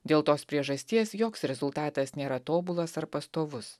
dėl tos priežasties joks rezultatas nėra tobulas ar pastovus